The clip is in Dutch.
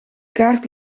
kaart